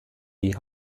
die